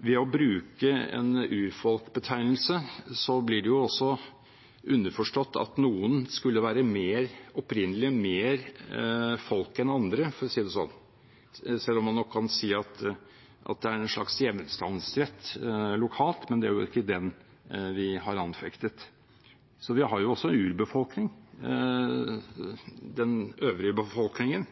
Ved å bruke en urfolksbetegnelse blir det også underforstått at noen skulle være mer opprinnelige, mer folk enn andre, for å si det sånn – selv om man nok kan si at det er en slags hjemstavnsrett lokalt, men det er jo ikke den vi har anfektet. Vi har også en urbefolkning, den øvrige befolkningen.